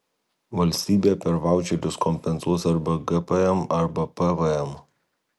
valstybė per vaučerius kompensuos arba gpm arba pvm